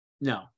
No